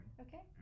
Okay